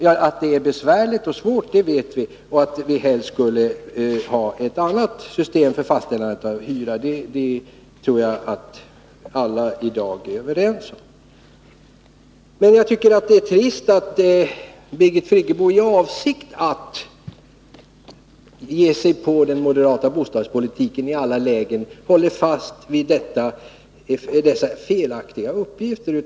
Att systemet är besvärligt och svårt att handha vet vi, och jag tror att alla i dag är överens om att vi helst skulle ha ett annat system för att fastställa hyran. Men jag tycker det är trist att Birgit Friggebo i avsikt att ge sig på den moderata bostadspolitiken i alla lägen håller fast vid dessa felaktiga uppgifter.